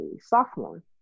sophomore